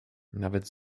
nawet